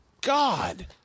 God